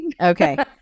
okay